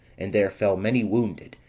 and there fell many wounded,